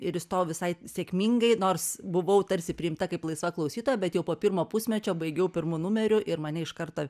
ir įstojau visai sėkmingai nors buvau tarsi priimta kaip laisva klausytoja bet jau po pirmo pusmečio baigiau pirmu numeriu ir mane iš karto